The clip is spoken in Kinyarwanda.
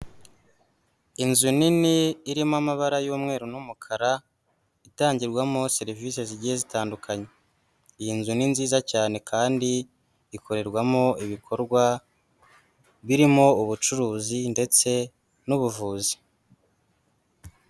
Inzu nini irimo amabara y'umweru n'umukara itangirwamo serivisi zigiye zitandukanye, iyi nzu ni nziza cyane kandi ikorerwamo ibikorwa birimo ubucuruzi ndetse n'ubuvuzi.